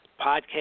podcast